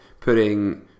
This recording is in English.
putting